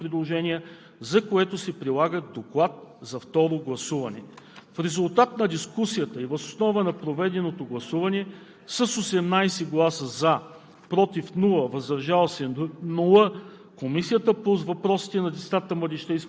Народните представители единодушно подкрепиха направеното предложение, за което се прилага доклад за второ гласуване. В резултат на дискусията и въз основа на проведеното гласуване с 18 гласа „за“,